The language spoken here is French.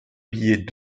billet